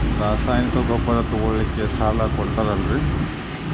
ರಾಸಾಯನಿಕ ಗೊಬ್ಬರ ತಗೊಳ್ಳಿಕ್ಕೆ ಸಾಲ ಕೊಡ್ತೇರಲ್ರೇ?